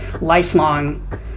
lifelong